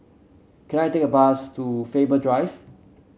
can I take a bus to Faber Drive